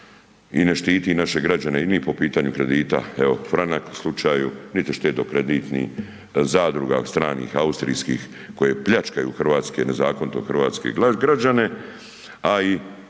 se ne razumije./... po pitanju kredita, evo franak slučaju, niti štedno kreditni zadruga stranih austrijskih koje pljačkaju hrvatske, nezakonito hrvatske građane, a i